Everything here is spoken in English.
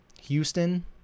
Houston